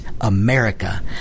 America